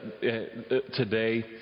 today